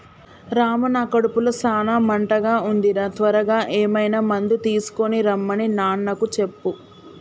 రాము నా కడుపులో సాన మంటగా ఉంది రా త్వరగా ఏమైనా మందు తీసుకొనిరమన్ని నాన్నకు చెప్పు